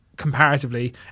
Comparatively